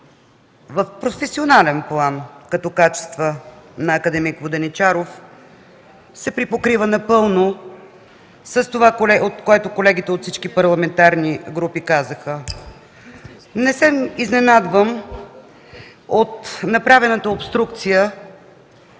в професионален план като качества на акад. Воденичаров, са припокрива напълно с това, което колегите от всички парламентарни групи казаха. Не се изненадвам от направената обструкция